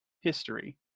history